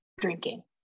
drinking